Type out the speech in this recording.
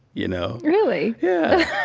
you know? really? yeah.